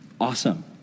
awesome